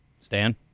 Stan